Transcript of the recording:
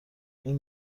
این